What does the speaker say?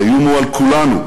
האיום הוא על כולנו,